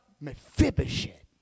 Mephibosheth